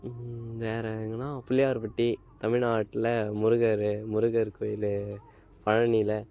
வேறு எங்கேனா பிள்ளையார்பட்டி தமிழ்நாட்டில் முருகரு முருகர் கோவிலு பழனியில்